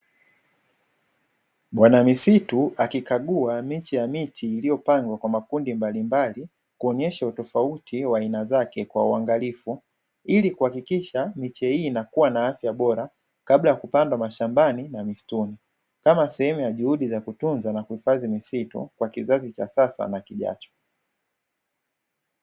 Bwana misitu akikagua miche ya miti iliyopandwa kwa makundi mbalimbali, kuonyesha utofauti wa aina zake kwa uangalifu, ili kuhakikisha miche hii inakuwa na afya bora kabla ya kupandwa mashambani na misituni, kama sehemu ya juhudi ya kutunza na kuhifadhi misitu kwa kizazi cha sasa na kijacho.